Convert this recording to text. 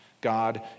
God